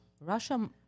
Russia